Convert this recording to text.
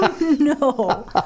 No